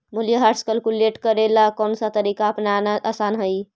मूल्यह्रास कैलकुलेट करे ला कौनसा तरीका अपनाना आसान हई